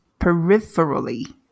peripherally